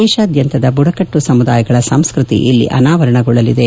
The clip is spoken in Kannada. ದೇಶಾದ್ಯಂತದ ಬುಡಕಟ್ಟು ಸಮುದಾಯಗಳ ಸಂಸ್ಕೃತಿ ಇಲ್ಲಿ ಅನಾವರಣಗೊಳ್ಳಲಿದೆ